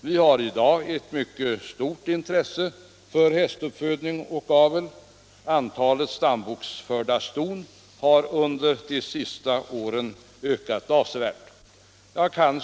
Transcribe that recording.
Vi har i dag ett mycket stort intresse för hästuppfödning och avel. Antalet stambokförda ston har under de senaste åren ökat avsevärt.